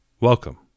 Welcome